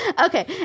okay